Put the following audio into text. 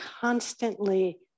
constantly